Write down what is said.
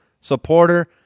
supporter